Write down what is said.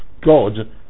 God